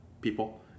People